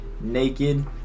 naked